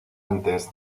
antes